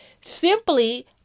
simply